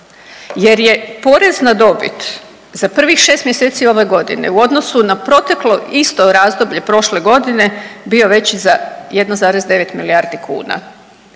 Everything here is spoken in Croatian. jer je porez na dobit za prvih 6 mjeseci ove godine u odnosu na proteklo isto razdoblje prošle godine bio veći za 1,9 milijardi kuna